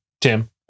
tim